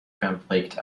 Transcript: conflict